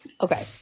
Okay